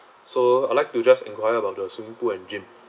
so I'd like to just inquire about the swimming pool and gym